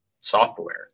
software